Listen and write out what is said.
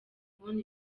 kubona